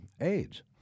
AIDS